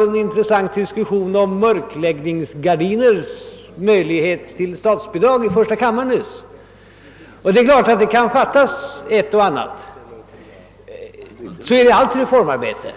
en intressant diskussion i första kammaren med herr Nordstrandhs partikollega herr Lidgard om möjligheterna att erhålla statsbidrag för mörkläggningsgardiner. Det kan självfallet finnas brister av olika slag. Så är det i allt reformarbete.